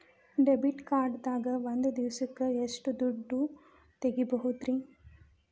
Debit card ದಾಗ ಒಂದ್ ದಿವಸಕ್ಕ ಎಷ್ಟು ದುಡ್ಡ ತೆಗಿಬಹುದ್ರಿ?